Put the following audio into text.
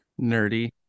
nerdy